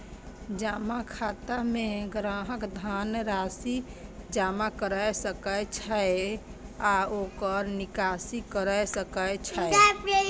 जमा खाता मे ग्राहक धन राशि जमा कैर सकै छै आ ओकर निकासी कैर सकै छै